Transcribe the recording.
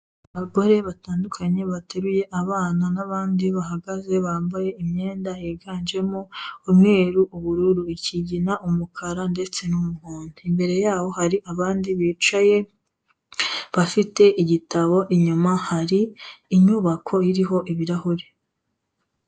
Abagore batandukanye bateruye abana n'abandi bahagaze bambaye imyenda yiganjemo umweru, ubururu, ikigina, umukara ndetse n'umuhondo. Imbere yaho hari abandi bicaye bafite igitabo, inyuma hari inyubako iriho ibirahure.